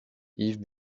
yves